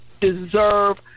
deserve